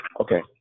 Okay